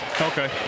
Okay